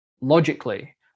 logically